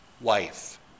wife